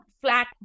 flat